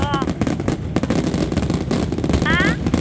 अह हा